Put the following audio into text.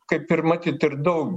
kaip ir matyt ir daug